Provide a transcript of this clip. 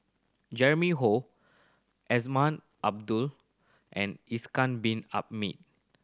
Azman Abdullah and Ishak Bin Ahmid